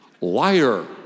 liar